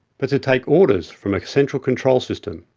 but to take orders from a central control system.